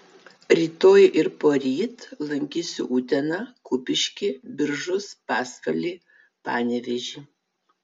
rytoj ir poryt lankysiu uteną kupiškį biržus pasvalį panevėžį